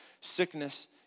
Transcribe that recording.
sickness